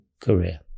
career